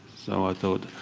so i thought,